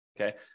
Okay